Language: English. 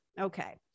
Okay